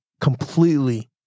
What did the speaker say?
completely